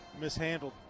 mishandled